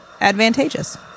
advantageous